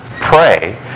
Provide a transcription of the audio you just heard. pray